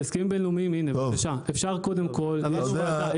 הצעת החוק הזאת באה בשביל אבקת כביסה,